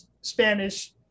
Spanish